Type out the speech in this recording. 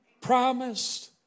promised